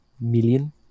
Million